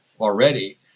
already